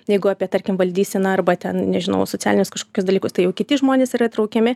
jeigu apie tarkim valdyseną arba ten nežinau socialinius kažkokius dalykus tai jau kiti žmonės yra traukiami